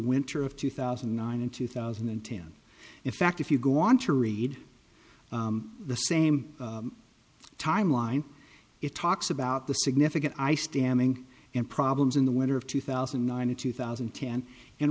winter of two thousand and nine and two thousand and ten in fact if you go on to read the same timeline it talks about the significant ice damming and problems in the winter of two thousand and nine and two thousand and ten and